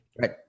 right